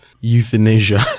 euthanasia